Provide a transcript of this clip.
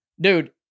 Dude